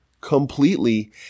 completely